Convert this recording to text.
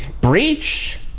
breach